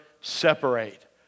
separate